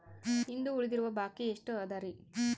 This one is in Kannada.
ಇಂದು ಉಳಿದಿರುವ ಬಾಕಿ ಎಷ್ಟು ಅದರಿ?